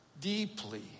deeply